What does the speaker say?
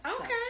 Okay